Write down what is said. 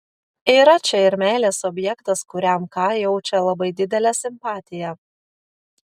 yra čia ir meilės objektas kuriam k jaučia labai didelę simpatiją